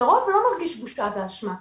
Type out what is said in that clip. לרוב לא מרגיש בושה ואשמה.